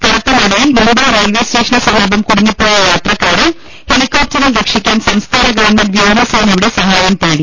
കനത്തമഴയിൽ മുംബൈ റെയിൽവേസ്റ്റേഷനുസമീപം കുടുങ്ങി പ്പോയ യാത്രക്കാരെ ഹെലികോപ്റ്ററിൽ രക്ഷിക്കാൻ സംസ്ഥാന ഗവൺമെന്റ് വ്യോമസേനയുടെ സഹായംതേടി